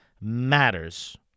matters